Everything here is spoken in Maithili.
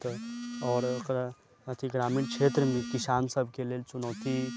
तऽ आओर ओकरा अथी ग्रामीण क्षेत्रमे किसान सबके लेल चुनौती